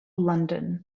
london